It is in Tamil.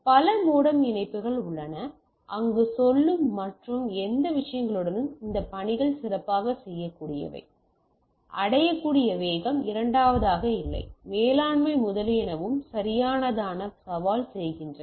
இப்போது பல மோடம் இணைப்புகள் உள்ளன அங்கு சொல்லும் மற்றும் இந்த விஷயங்களுடனும் அதன் பணிகள் சிறப்பாகச் செய்யக்கூடியவை அடையக்கூடிய வேகம் இரண்டாவதாக இல்லை மேலாண்மை முதலியனவும் சரியானதை சவால் செய்கின்றன